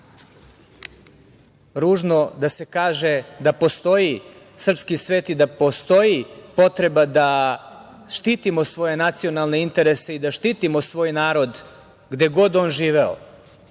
ružno da se kaže da postoji srpski svet i da postoji potreba da štitimo svoje nacionalne interese i da štitimo svoj narod, gde god on živeo,